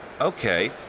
Okay